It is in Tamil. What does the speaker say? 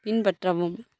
பின்பற்றவும்